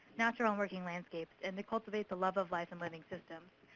natural and working landscapes, and to cultivate the love of life and living systems.